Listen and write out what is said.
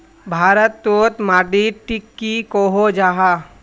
भारत तोत माटित टिक की कोहो जाहा?